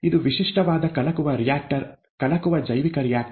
ಇದು ವಿಶಿಷ್ಟವಾದ ಕಲಕುವ ರಿಯಾಕ್ಟರ್ ಕಲಕುವ ಜೈವಿಕ ರಿಯಾಕ್ಟರ್